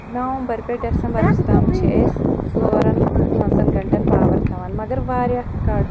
نومبر پٮ۪ٹھ دسمبرس تام چھِ أسۍ ژورن پانٛژن گنٛٹن پاور تھاوان مگر واریاہ کٹ